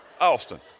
Austin